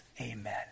Amen